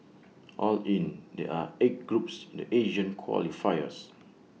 all in there are eight groups in the Asian qualifiers